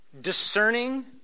discerning